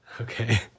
Okay